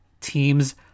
teams